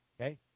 Okay